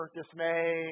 dismay